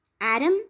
Adam